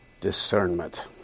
Discernment